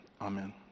Amen